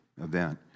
event